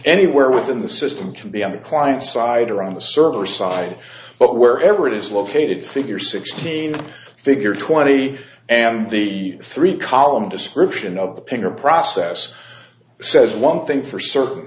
anywhere within the system can be on the client side or on the server side but wherever it is located figure sixteen figure twenty and the three column description of the pinger process says one thing for certain